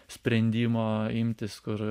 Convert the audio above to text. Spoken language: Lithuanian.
sprendimo imtis kur